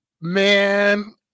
man